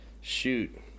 Shoot